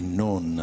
non